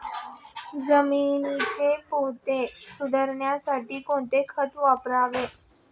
जमिनीचा पोत सुधारण्यासाठी कोणते खत वापरावे?